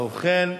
ובכן,